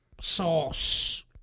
sauce